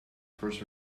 first